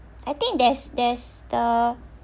I think there's there's the